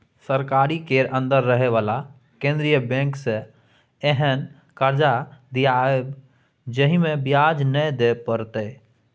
सरकारी केर अंदर रहे बला केंद्रीय बैंक सँ एहेन कर्जा दियाएब जाहिमे ब्याज नै दिए परतै